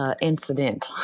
incident